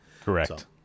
Correct